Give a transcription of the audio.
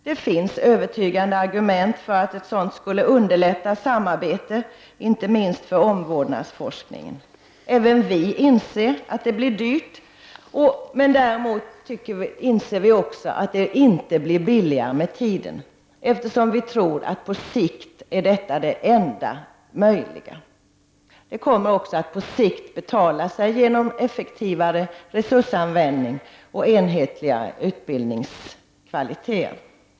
Det finns övertygande argument för att ett sådant skulle underlätta samarbetet, inte minst för omvårdnadsforskningen. Även vi inser att det blir dyrt, men vi inser också att det inte blir billigare med tiden. Vi tror att detta på sikt är det enda möjliga. Det kommer också att på sikt betala sig genom effektivare resursanvändning och enhetligare utbildningskvalitet.